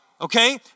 Okay